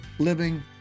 living